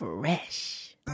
Fresh